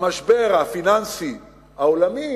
במשבר הפיננסי העולמי